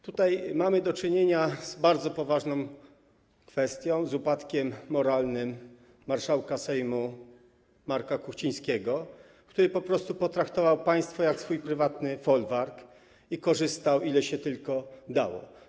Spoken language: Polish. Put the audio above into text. Tutaj mamy do czynienia z bardzo poważną kwestią, z upadkiem moralnym marszałka Sejmu Marka Kuchcińskiego, który po prostu potraktował państwo jak swój prywatny folwark i korzystał, ile się tylko dało.